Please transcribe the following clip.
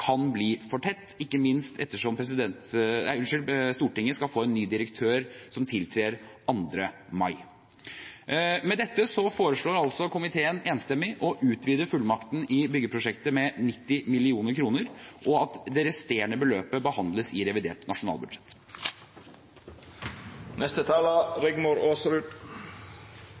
ikke minst ettersom Stortinget skal få en ny direktør, som tiltrer 2. mai. Med dette foreslår komiteen enstemmig å utvide fullmakten i byggeprosjektet med 90 mill. kr, og at det resterende beløpet behandles i revidert